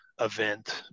event